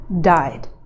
died